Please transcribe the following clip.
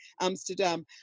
Amsterdam